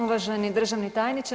Uvaženi državni tajniče.